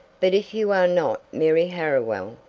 but if you are not mary harriwell,